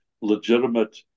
legitimate